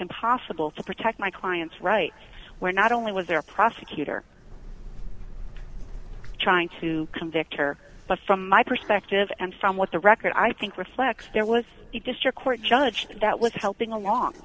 impossible to protect my client's right where not only was there a prosecutor trying to convict her but from my perspective and from what the record i think reflects there was a district court judge that was helping along